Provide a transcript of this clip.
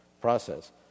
process